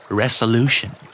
resolution